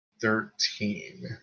Thirteen